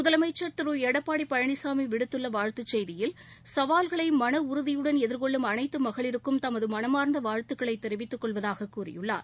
முதலமைச்சள் திரு எடப்பாடி பழனிசாமி விடுத்துள்ள வாழ்த்துச் செய்தியில் சவால்களை மன உறுதியுடன் எதிர்கொள்ளும் அனைத்து மகளிருக்கும் தமது மனமார்ந்த வாழ்த்துக்களைத் தெரிவித்துக் கொள்வதாகக் கூறியுள்ளார்